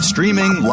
Streaming